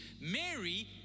Mary